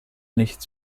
nicht